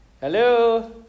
Hello